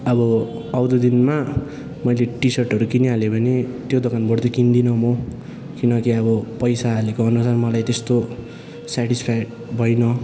आबो आउँदो दिनमा मैले टि सर्टहरू किनी हाले भने त्यो दोकानबड तै किन्दिन मो किनकि आबो पैसा हालेकोअनुसार मलाई तेस्तो सेटिस्फाई भइँन